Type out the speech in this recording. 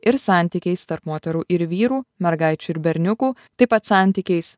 ir santykiais tarp moterų ir vyrų mergaičių ir berniukų taip pat santykiais